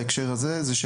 בהקשר הזה,